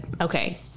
Okay